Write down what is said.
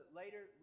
later